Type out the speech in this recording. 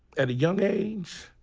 at a young age,